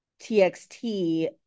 TXT